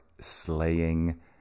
slaying